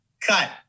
cut